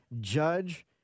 judge